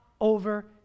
over